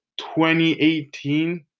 2018